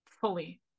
fully